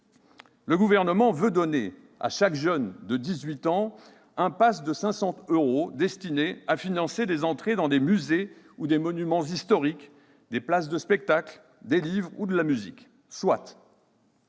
Le Gouvernement veut donner à chaque jeune de dix-huit ans un pass de 500 euros destiné à financer des entrées dans des musées ou des monuments historiques, des places de spectacle, des livres ou de la musique. Soit